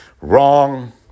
Wrong